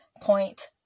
point